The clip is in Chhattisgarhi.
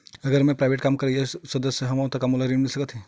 अगर मैं प्राइवेट काम करइया वाला सदस्य हावव का मोला ऋण मिल सकथे?